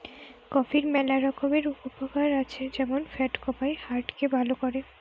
কফির ম্যালা রকমের উপকার আছে যেমন ফ্যাট কমায়, হার্ট কে ভাল করে